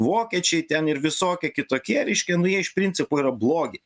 vokiečiai ten ir visokie kitokie reiškia nu jie iš principo yra blogi